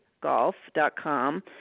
golf.com